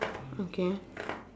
okay